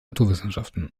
naturwissenschaften